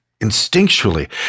instinctually